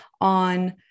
on